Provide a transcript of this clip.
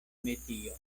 metio